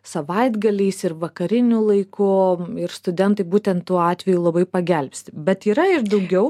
savaitgaliais ir vakariniu laiku ir studentai būtent tuo atveju labai pagelbsti bet yra ir daugiau